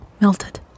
melted